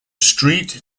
street